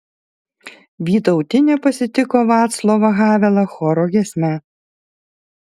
vytautinė pasitiko vaclavą havelą choro giesme